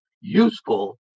useful